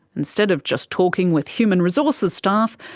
instead of just talking with human resources staff,